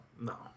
no